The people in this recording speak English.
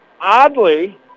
oddly